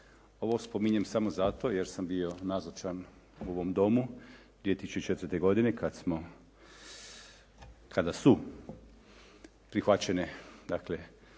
Ovo spominjem samo zato jer sam bio nazočan u ovom Domu 2004. godine kad smo, kada su prihvaćene